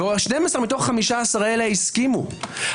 ו-12 מתוך 15 האלה הסכימו,